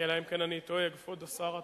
אלא אם כן אני טועה, כבוד השר התורן.